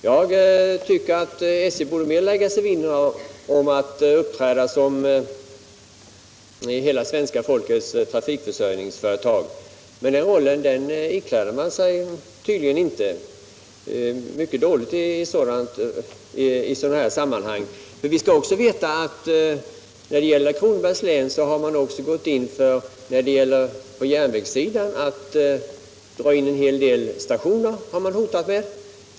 SJ borde mer lägga sig vinn om att uppträda som hela svenska folkets trafikförsörjningsföretag, men den rollen ikläder man sig tydligen mycket dåligt i sådana här sammanhang. Jag vill också nämna att man i fråga om Kronobergs län vad gäller järnvägarna har hotat med indragning av en hel del stationer.